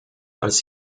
als